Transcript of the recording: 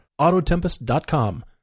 Autotempest.com